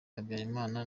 habyarimana